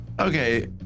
Okay